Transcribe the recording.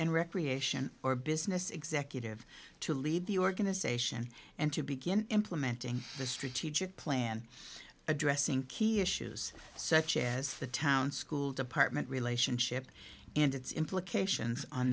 and recreation or business executive to lead the organization and to begin implementing the strategic plan addressing key issues such as the town school department relationship and its implications on